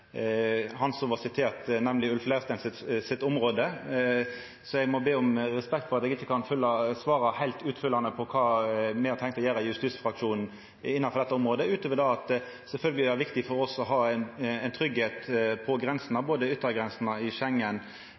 hans område. Eg må be om respekt for at eg ikkje kan svara heilt utfyllande på kva me har tenkt å gjera i justisfraksjonen på dette området, utover det at det sjølvsagt er viktig for oss å ha trygge grenser, både i samband med yttergrensene i